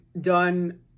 done